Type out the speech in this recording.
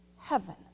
Heaven